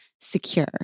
secure